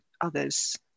others